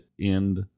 end